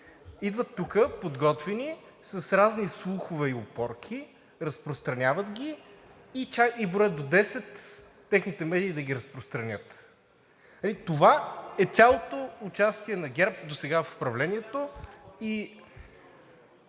Идват тук подготвени, с разни слухове и опорки, разпространяват ги и броят до десет техните медии да ги разпространят. Това е цялото участие на ГЕРБ досега в управлението.